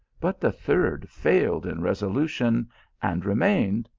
but the third failed in resolution and remained,